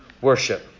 worship